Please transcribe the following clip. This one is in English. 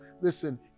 Listen